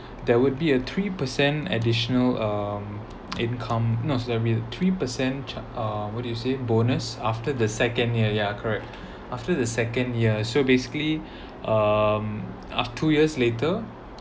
there would be a three percent additional um income no there will be a three per cent char~ uh what do you say bonus after the second year ya correct after the second year so basically um of two years later